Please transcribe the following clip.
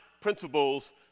principles